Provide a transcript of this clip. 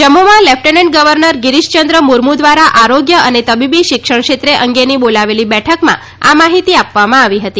જમ્મુમાં lieutenant governor Girish Chandra Murmu દ્વારા આરોગ્ય અને તબીબી શિક્ષણ ક્ષેત્ર અંગેની બોલાવેલી બેઠકમાં આ માહિતી આપવામાં આવી હતી